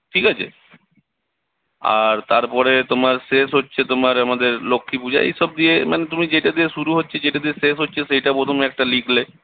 ঠিক আছে আর তারপরে তোমার শেষ হচ্ছে তোমার আমাদের লক্ষ্মীপূজা এইসব দিয়ে মানে তুমি যেটা দিয়ে শুরু হচ্ছে যেটা দিয়ে শেষ হচ্ছে সেইটা প্রথমে একটা লিখলে